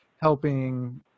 helping